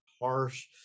harsh